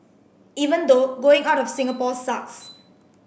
even though going out of Singapore sucks